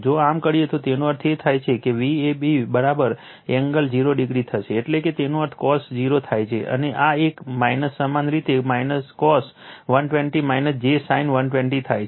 જો આમ કરીએ તો તેનો અર્થ એ થાય કે Vab એંગલ 0o થશે એટલે તેનો અર્થ cos 0 થાય છે અને આ એક સમાન રીતે cos 120 j sin 120o થાય છે